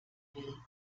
will